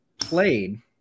played